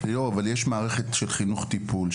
אבל יש מערכת של חינוך-טיפול,